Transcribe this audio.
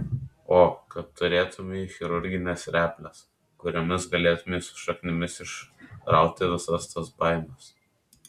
o kad turėtumei chirurgines reples kuriomis galėtumei su šaknimis išrauti visas tas baimes